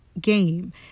game